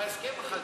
שבהסכם החדש,